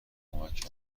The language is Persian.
کمک